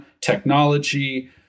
technology